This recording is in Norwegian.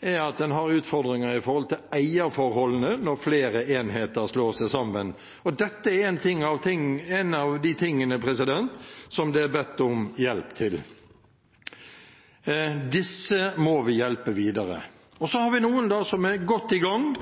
er at man har utfordringer med eierforholdene når flere enheter slår seg sammen. Dette er en av de tingene som det er bedt om hjelp til. Disse må vi hjelpe videre. Så har vi noen som er godt i gang,